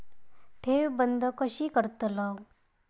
ठेव बंद कशी करतलव?